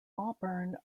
auburn